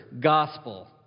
gospel